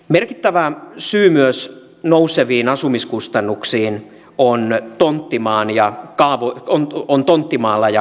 merkittävä syy nouseviin asumiskustannuksiin on myös tonttimaalla ja kaavoituksella